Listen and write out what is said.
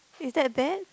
is that bad